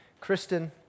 Kristen